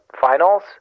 finals